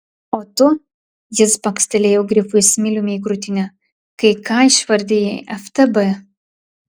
o tu jis bakstelėjo grifui smiliumi į krūtinę kai ką išvardijai ftb